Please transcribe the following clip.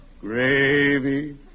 gravy